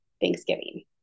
Thanksgiving